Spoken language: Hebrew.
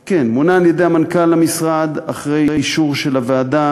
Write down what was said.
כן, מונה על-ידי מנכ"ל המשרד אחרי אישור של הוועדה